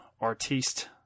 artiste